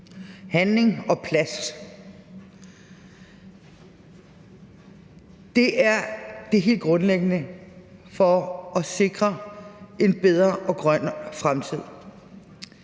handling og plads. Det er det helt grundlæggende for at sikre en bedre og grøn fremtid.